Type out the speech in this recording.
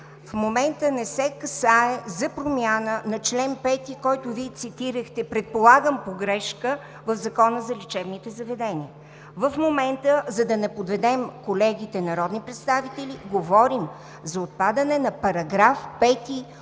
В момента не се касае за промяна на чл. 5, който Вие цитирахте предполагам по грешка в Закона за лечебните заведения. В момента, за да не подведем колегите народни представители, говорим за отпадане на § 5 от